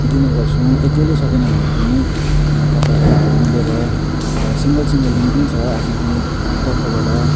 दिने गर्छौँ एक्लैले सकेन भने पनि काका बडाहरू मिलेर यता सिङ्गल सिङ्गलले पनि दिन्छ आफ्नो आफ्नो तर्फबाट